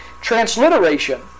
Transliteration